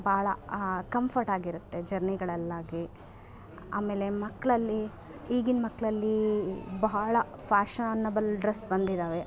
ಭಾಳ ಕಂಫರ್ಟ್ ಆಗಿರುತ್ತೆ ಜರ್ನಿಗಳಲ್ಲಾಗಿ ಆಮೇಲೆ ಮಕ್ಕಳಲ್ಲಿ ಈಗಿನ ಮಕ್ಕಳಲ್ಲಿ ಬಹಳ ಫ್ಯಾಶನ್ಬಲ್ ಡ್ರಸ್ ಬಂದಿದಾವೆ